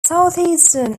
southeastern